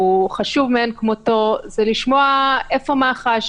שהוא חשוב מאין כמותו זה לשמוע איפה מח"ש,